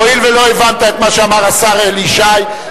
הואיל ולא הבנת את מה שאמר השר אלי ישי,